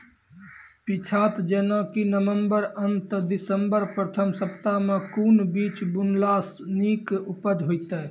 पीछात जेनाकि नवम्बर अंत आ दिसम्बर प्रथम सप्ताह मे कून बीज बुनलास नीक उपज हेते?